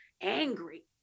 angry